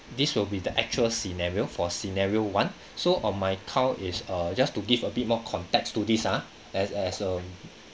this will be the actual scenario for scenario one so on my count is err just to give a bit more context to this ah as as um